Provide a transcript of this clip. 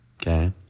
Okay